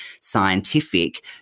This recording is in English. scientific